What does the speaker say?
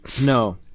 No